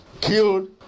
killed